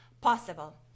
possible